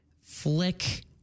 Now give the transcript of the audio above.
flick